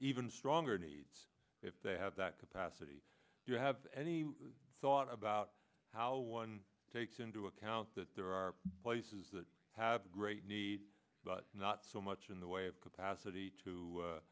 even stronger needs if they have that capacity you have any thought about how one takes into account that there are places that have a great need but not so much in the way of capacity to